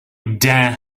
dare